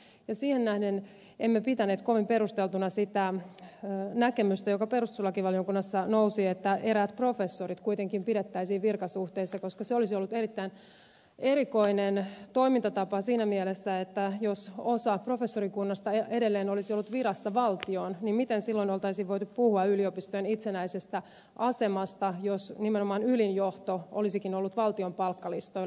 siihen nähden emme pitäneet kovin perusteltuna sitä näkemystä joka perustuslakivaliokunnassa nousi että eräät professorit kuitenkin pidettäisiin virkasuhteessa koska se olisi ollut erittäin erikoinen toimintatapa siinä mielessä että jos osa professorikunnasta edelleen olisi ollut virassa valtioon niin miten silloin oltaisiin voitu puhua yliopistojen itsenäisestä asemasta jos nimenomaan ylin johto olisikin ollut valtion palkkalistoilla